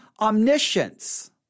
omniscience